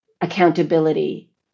accountability